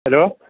hello